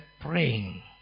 praying